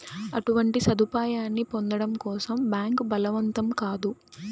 అటువంటి సదుపాయాన్ని పొందడం కోసం బ్యాంక్ బలవంతం కాదు